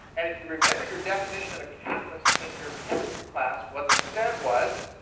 and if you remember your definition of a catalyst in your chemistry class, what they said was,